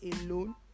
alone